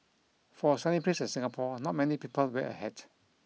for a sunny place like Singapore not many people wear a hat